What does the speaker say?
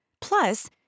Plus